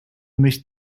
mich